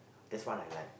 that's one I like